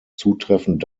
zutreffend